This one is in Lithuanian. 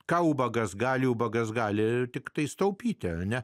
ką ubagas gali ubagas gali tiktai sutaupyti ar ne